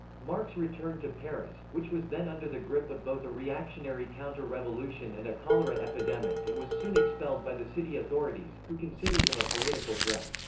marx returned to paris, which was then under the grip of both a reactionary counter-revolution and a cholera epidemic and was soon expelled by the city authorities, who considered him a political threat.